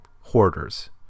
hoarders